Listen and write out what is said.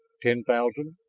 ten thousand?